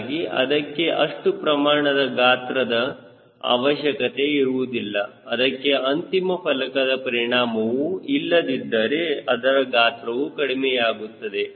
ಹೀಗಾಗಿ ಅದಕ್ಕೆ ಅಷ್ಟು ಪ್ರಮಾಣದ ಗಾತ್ರದ ಅವಶ್ಯಕತೆ ಇರುವುದಿಲ್ಲ ಅದಕ್ಕೆ ಅಂತಿಮ ಫಲಕದ ಪರಿಣಾಮವು ಇಲ್ಲದಿದ್ದರೆ ಅದರ ಗಾತ್ರವು ಕಡಿಮೆಯಾಗುತ್ತದೆ